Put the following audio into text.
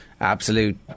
absolute